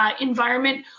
environment